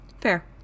Fair